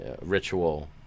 ritual